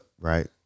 right